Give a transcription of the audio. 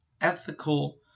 ethical